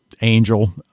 angel